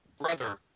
brother